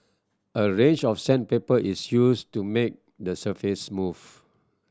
a range of sandpaper is used to make the surface smooth